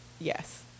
yes